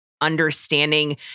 understanding